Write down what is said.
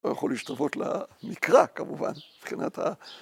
‫הוא לא יכול להשתוות למקרא, ‫כמובן, מבחינת ה...